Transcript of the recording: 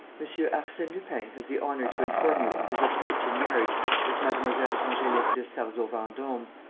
monsieur arsene lupin has the honour to inform you of his approaching marriage with mademoiselle angelique de sarzeau-vendome,